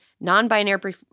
non-binary